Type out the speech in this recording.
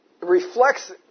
reflects